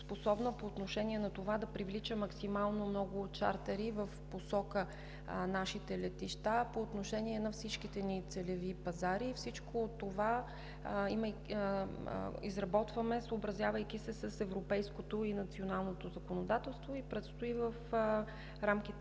по отношение на това да привлича максимално много чартъри в посока нашите летища по отношение на всичките ни целеви пазари. Всичко това изработваме, съобразявайки се с европейското и националното законодателство. Предстои в рамките